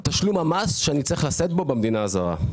תשלום המס שאני צריך לשאת בו במדינה הזרה.